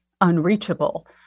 unreachable